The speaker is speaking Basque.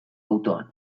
autoan